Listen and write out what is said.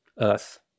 earth